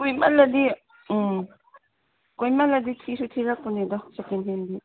ꯀꯨꯏꯃꯜꯂꯗꯤ ꯎꯝ ꯀꯨꯏꯃꯜꯂꯗꯤ ꯊꯤꯁꯨ ꯊꯤꯔꯛꯄꯅꯤꯗ ꯁꯦꯀꯦꯟ ꯍꯦꯟꯗꯤ